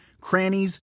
crannies